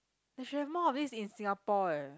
they should have more of this in Singapore eh